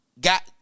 got